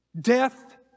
death